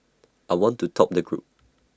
I want to top the group